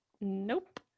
Nope